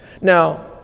now